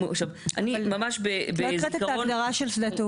את לא הקראת את ההגדרה של שדה תעופה.